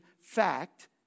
fact